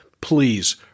please